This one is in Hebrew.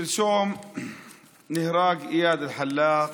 שלשום נהרג איאד אלחלאק,